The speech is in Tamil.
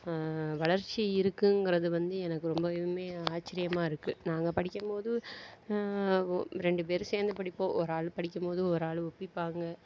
வளர்ச்சி இருக்குங்கிறது வந்து எனக்கு ரொம்பவுமே ஆச்சரியமாக இருக்குது நாங்கள் படிக்கும் போது ரெண்டு பேர் சேர்ந்து படிப்போம் ஒரு ஆள் படிக்கும் போது ஒரு ஆள் ஒப்பிப்பாங்க